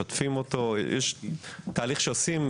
שוטפים אותו ויש תהליך שעושים,